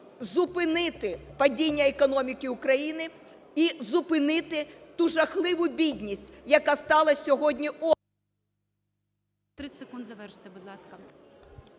зупинити падіння економіки України і зупинити ту жахливу бідність, яка сталась сьогодні…